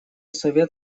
совет